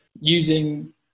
using